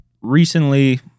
Recently